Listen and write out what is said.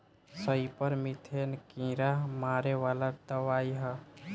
सईपर मीथेन कीड़ा मारे वाला दवाई ह